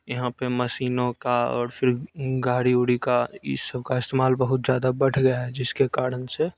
यहाँ पे मसीनों का और फिर गाड़ी उड़ी का ई सबका इस्तेमाल बहुत ज़्यादा बढ़ गया है जिसके कारण से